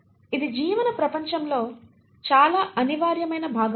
ఇది జీవన ప్రపంచంలో చాలా అనివార్యమైన భాగం